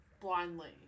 blindly